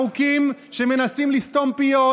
לחוקים שמנסים לסתום פיות,